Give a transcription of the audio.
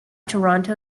toronto